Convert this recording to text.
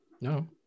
No